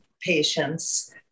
patients